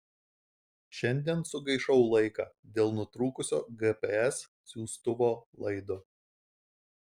šiandien sugaišau laiką dėl nutrūkusio gps siųstuvo laido